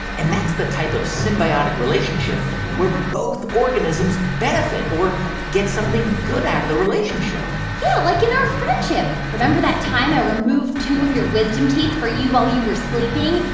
and that's the type of symbiotic relationship where both organisms benefit or get something good out of the relationship yeah, like in our friendship. remember that time i removed two of your wisdom teeth for you while you were sleeping,